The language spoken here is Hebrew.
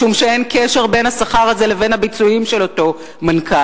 משום שאין קשר בין השכר הזה לבין הביצועים של אותו מנכ"ל.